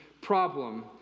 problem